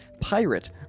pirate